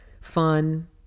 fun